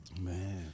man